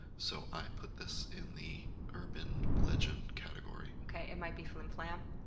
so i put this in the urban legend category. okay, it might be flimflam?